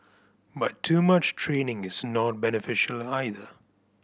but too much training is not beneficial either